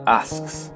asks